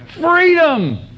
Freedom